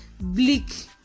bleak